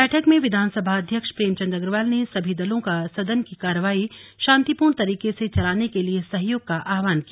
बैठक में विधानसभा अध्यक्ष प्रेमचंद अग्रवाल ने सभी दलों का सदन की कार्यवाही शांतिपूर्ण तरीके से चलाने के लिए सहयोग का आह्वान किया